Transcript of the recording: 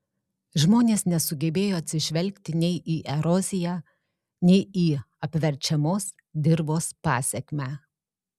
žmonės nesugebėjo atsižvelgti nei į eroziją nei į apverčiamos dirvos pasekmę